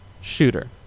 Shooter